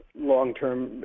long-term